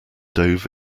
dove